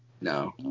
No